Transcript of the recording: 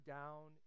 down